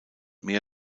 mehr